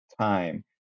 time